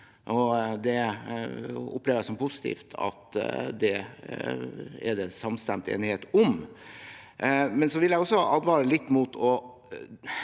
Det opplever jeg som positivt at det er samstemt enighet om. Jeg vil også advare litt mot å